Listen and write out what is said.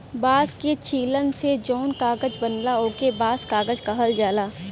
बांस के छीलन से जौन कागज बनला ओके बांस कागज कहल जाला